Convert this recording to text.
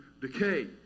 decay